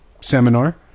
seminar